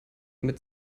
mit